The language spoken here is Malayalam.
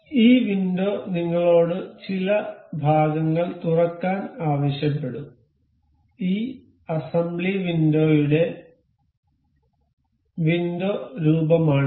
അതിനാൽ ഈ വിൻഡോ നിങ്ങളോട് ചില ഭാഗങ്ങൾ തുറക്കാൻ ആവശ്യപ്പെടും ഈ അസംബ്ലി വിൻഡോയുടെ വിൻഡോ രൂപമാണിത്